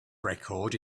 record